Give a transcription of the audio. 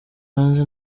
hanze